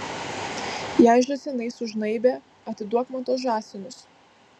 jei žąsinai sužnaibė atiduok man tuos žąsinus